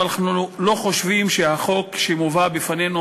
אבל אנחנו לא חושבים שהחוק שמובא בפנינו